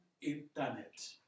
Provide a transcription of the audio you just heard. internet